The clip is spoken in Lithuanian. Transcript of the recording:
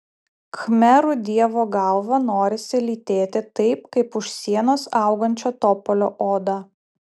khmerų dievo galvą norisi lytėti taip kaip už sienos augančio topolio odą